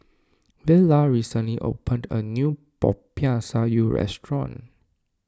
Vela recently opened a new Popiah Sayur restaurant